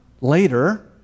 later